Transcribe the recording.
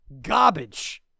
garbage